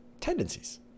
tendencies